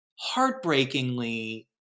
heartbreakingly